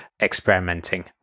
experimenting